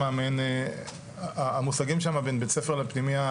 מאין המושגים שמה בין בית ספר לפנימייה,